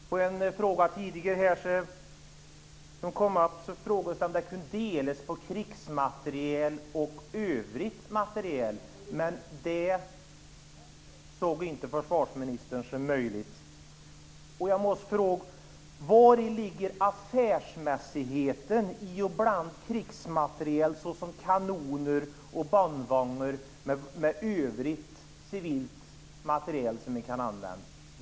Det var en fråga tidigare om det kunde delas på krigsmateriel och övrig materiel. Men det ansåg inte försvarsministern var möjligt. Jag måste fråga: Vari ligger affärsmässigheten i att blanda krigsmateriel som kanoner och bandvagnar med övrig civil materiel som kan användas?